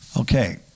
Okay